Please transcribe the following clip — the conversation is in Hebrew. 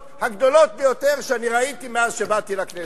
הגדולות ביותר שראיתי מאז שבאתי לכנסת.